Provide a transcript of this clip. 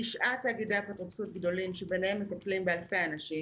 תשעה תאגידי אפוטרופסות גדולים שמטפלים באלפי אנשים,